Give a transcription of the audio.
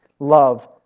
Love